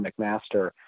McMaster